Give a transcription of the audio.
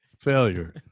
Failure